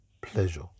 pleasure